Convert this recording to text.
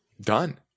done